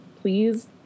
please